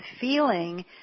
feeling